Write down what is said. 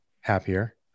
happier